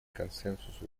консенсусу